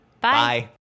Bye